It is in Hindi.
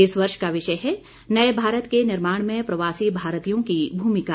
इस वर्ष का विषय है नए भारत के निर्माण में प्रवासी भारतीयों की भूमिका